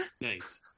Nice